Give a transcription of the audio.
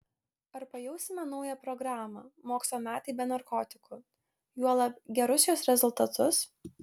ar pajausime naują programą mokslo metai be narkotikų juolab gerus jos rezultatus